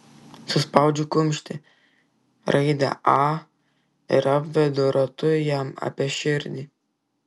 suspaudžiu kumštį raidę a ir apvedu ratu jam apie širdį